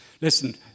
Listen